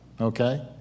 Okay